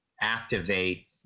activate